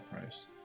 Price